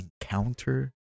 encounter